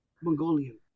Mongolian